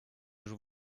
już